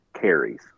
carries